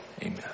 amen